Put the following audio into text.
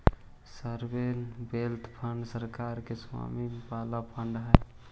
sovereign wealth fund सरकार के स्वामित्व वाला फंड हई